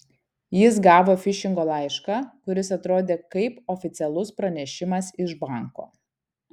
jis gavo fišingo laišką kuris atrodė kaip oficialus pranešimas iš banko